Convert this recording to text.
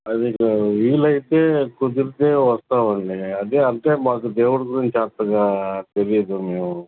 ఆ మీకు వీలైతే కుదిరితే వస్తామండి అదే అంటే మాకు దేవుడి గురించి అంతగా తెలియదు మేము